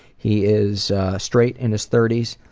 he is straight, in his thirty s.